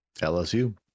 LSU